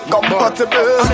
Compatible